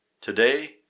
Today